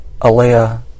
Alea